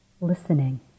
listening